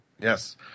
Yes